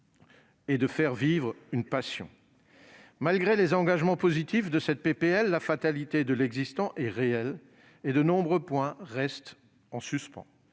et de faire vivre une passion. Malgré les engagements positifs de cette proposition de loi, la fatalité de l'existant est réelle et de nombreux points restent en suspens